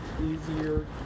easier